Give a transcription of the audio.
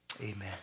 amen